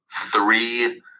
three